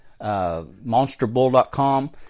Monsterbull.com